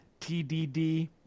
TDD